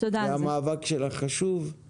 והמאבק שלך חשוב.